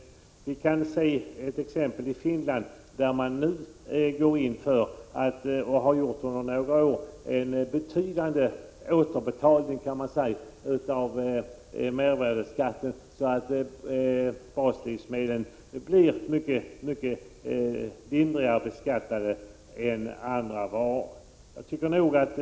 Låt mig peka på ett exempel från Finland, där man sedan några år tillbaka genomför en betydande ”återbetalning” av mervärdeskatten, varigenom baslivsmedlen blir betydligt lindrigare beskattade än andra varor.